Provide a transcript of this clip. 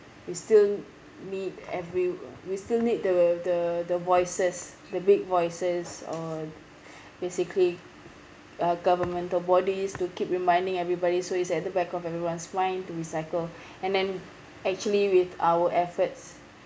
we still need every w~ we still need the the the voices the big voices on basically uh governmental bodies to keep reminding everybody so it's at the back of everyone's mind to recycle and then actually with our efforts